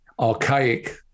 Archaic